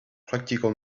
practical